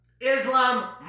Islam